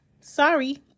Sorry